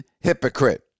hypocrite